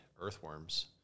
earthworms